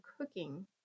cooking